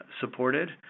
supported